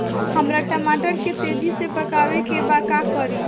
हमरा टमाटर के तेजी से पकावे के बा का करि?